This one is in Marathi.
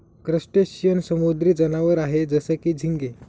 क्रस्टेशियन समुद्री जनावर आहे जसं की, झिंगे